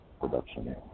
production